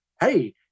Hey